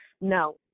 no